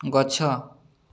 ଗଛ